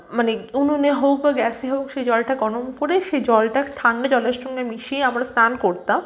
মানে উনুনে হোক বা গ্যাসে হোক সে জলটা গনম করে সেই জলটা ঠান্ডা জলের সঙ্গে মিশিয়ে আমরা স্নান করতাম